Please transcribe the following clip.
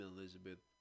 Elizabeth